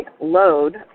load